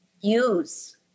use